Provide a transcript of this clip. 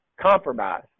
compromise